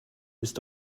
ist